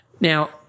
Now